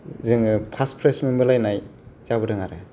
जोंङो first price मोनबोलायनाय जाबोदों आरो